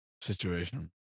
situation